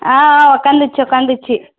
ஆ ஆ உக்காந்துச்சு உக்காந்துச்சு